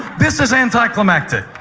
this is anticlimactic.